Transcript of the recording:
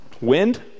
Wind